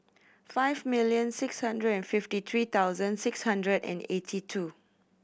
five million six hundred and fifty three thousand six hundred and eighty two